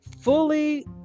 Fully